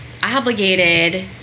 obligated